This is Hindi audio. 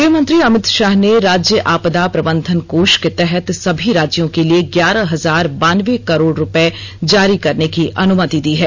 गृह मंत्री अमित शाह ने राज्य आपदा प्रबंधन कोष के तहत सभी राज्यों के लिए ग्यारह हजार बानबे करोड़ रुपये जारी करने की अनुमति दी है